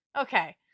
okay